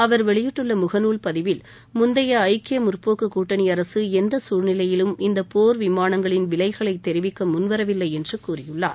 அவர் வெளியிட்டுள்ள முகநூல் பதிவில் முந்தைய ஐக்கிய முற்போக்குக் கூட்டணி அரசு எந்த சூழ்நிலையிலும் இந்த போர் விமானங்களின் விலைகளை தெரிவிக்க முன்வரவில்லை என்று கூறியுள்ளார்